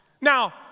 Now